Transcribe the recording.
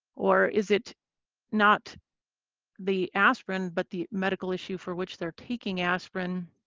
or is it not the aspirin but the medical issue for which they're taking aspirin?